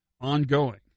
ongoing